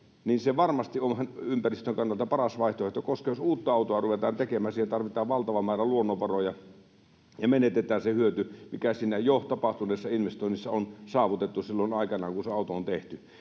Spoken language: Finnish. niin se varmasti on ympäristön kannalta paras vaihtoehto, koska jos uutta autoa ruvetaan tekemään, siihen tarvitaan valtava määrä luonnonvaroja, ja menetetään se hyöty, mikä siinä jo tapahtuneessa investoinnissa on saavutettu silloin aikanaan, kun se auto on tehty.